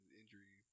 injury